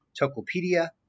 Tokopedia